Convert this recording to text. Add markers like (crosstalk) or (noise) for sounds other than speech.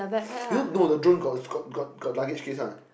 (breath) you know the drone got got got got luggage case one